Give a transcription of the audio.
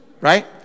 right